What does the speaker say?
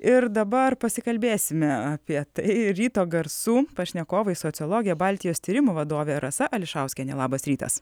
ir dabar pasikalbėsime apie tai ryto garsų pašnekovai sociologė baltijos tyrimų vadovė rasa ališauskienė labas rytas